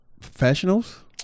Professionals